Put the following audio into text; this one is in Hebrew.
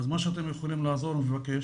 אז מה שאתם יכולים לעזור, תעשו.